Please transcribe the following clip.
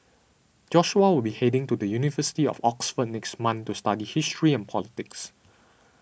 Joshua will be heading to the University of Oxford next month to study history and politics